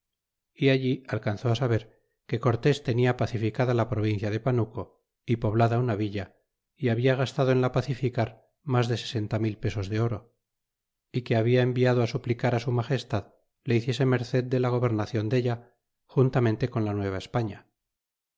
y allí alcanzó saber que cortés tenia pacificada la provincia de panuco é poblada una villa y habla gastado en la pacificar mas de sesenta mil pesos de oro é que habla enviado suplicar su magestad le hiciese merced de la gobernaclon della juntamente con la